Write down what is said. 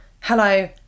Hello